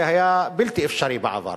זה היה בלתי אפשרי בעבר,